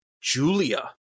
Julia